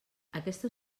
aquesta